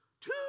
two